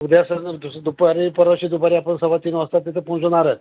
उद्या सर दस दुपारी परवाची दुपारी आपण सव्वातीन वाजता तिथे पोहचणार